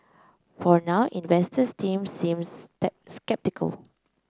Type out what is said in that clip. for now investors still seems sceptical